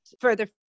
further